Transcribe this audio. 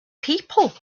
people